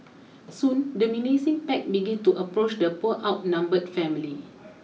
soon the menacing pack began to approach the poor outnumbered family